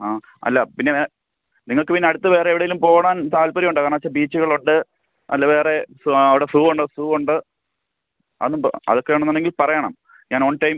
ആ അല്ല പിന്നെ നിങ്ങൾക്ക് പിന്നെ അടുത്ത് വേറെ എവിടെയെങ്കിലും പോവാൻ താത്പര്യം ഉണ്ടോ കാണാൻ വെച്ചാൽ ബീച്ചുകളുണ്ട് അല്ല വേറെ സൂ ആ അവിടെ സൂവുണ്ട് സൂ ഉണ്ട് അതിനുമുമ്പ് അതൊക്കെയാണ് എന്ന് ഉണ്ടെങ്കിൽ പറയണം ഞാൻ ഓൺ ടൈം